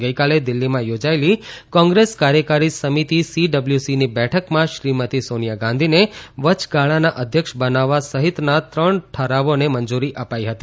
ગઇકાલે દિલ્હીમાં યોજાયેલી કોંગ્રેસ કાર્યકારી સમિતી ઝઉઝની બેઠકમાં શ્રીમતી સોનીયા ગાંધીને વચગાળાના અધ્યક્ષ બનાવવા સહિતના ત્રણ ઠરાવોને મંજુરી અપાઇ હતી